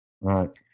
right